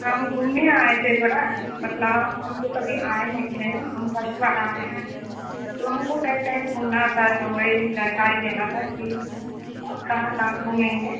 हम घूमने आए थे थोड़ा मतलब हम तो कभी आए नहीं थे न हम फर्स्ट बार आए हैं तो हमको कहीं कहीं घूमना था तो वही जानकारी लेना था कि कहाँ कहाँ घूमेंगे